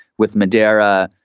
with madeira,